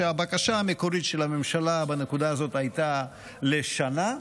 שהבקשה המקורית של הממשלה בנקודה הזאת הייתה לשנה,